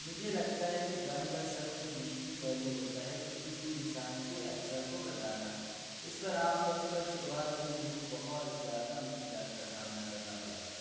مجھے لگتا ہے کہ ڈرائنگ کا سب سے مشکل پہلو ہوتا ہے کسی بھی انسان کے اجزاء کو بتانا اِس پر عام طور پر شروعات میں مجھے بہت زیادہ مشکلات کا سامنا کرنا پڑا تھا